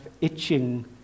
itching